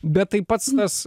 bet tai pats tas